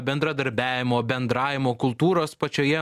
bendradarbiavimo bendravimo kultūros pačioje